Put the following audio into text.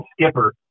Skipper